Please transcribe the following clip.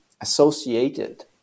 associated